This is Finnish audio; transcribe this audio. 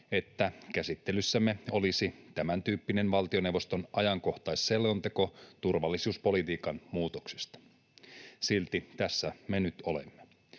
että käsittelyssämme olisi tämäntyyppinen valtioneuvoston ajankohtaisselonteko turvallisuuspolitiikan muutoksesta. Silti tässä me nyt olemme.